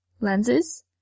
Lenses